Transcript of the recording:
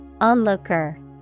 Onlooker